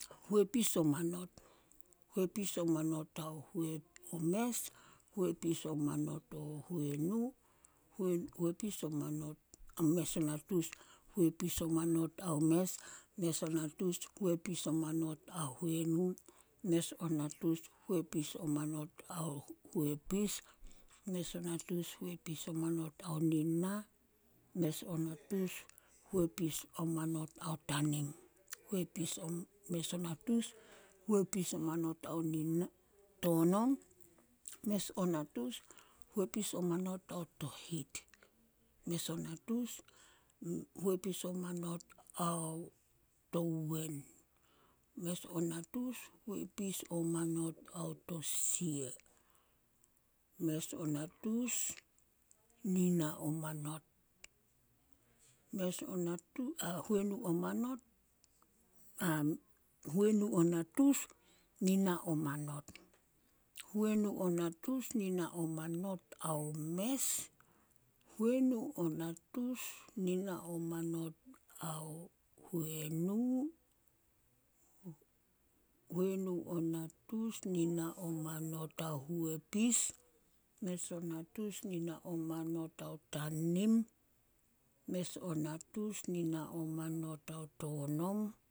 ﻿Huepis o manot, huepis o manot ao mes, hueis o manot ao huenu, mes o natus huepis o manot ao mes, mes o natus huepis o manot ao huenu, mes o natus huepis o manot ao huepis, mes o natus huepis o manot ao nina, mes o natus huepis o manot ao tanim, mes o natus huepis o manot ao tonon, mes o natus huepis o manot ao tohit, mes o natus huepis o manot ao, mes o natus huepis o manot ao tosia, huenu o natus nina o manot ao mes, huenu o natus nina o manot ao huenu, mes o natus nina o manot huepis, mes o natus nina o manot ao tanim, mes o natus nina o manot ao tonom